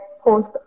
post